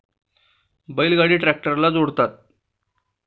बैल गाडी ट्रॅक्टरला जोडतात